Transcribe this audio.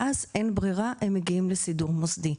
ואז אין ברירה והם מגיעים לסידור מוסדי.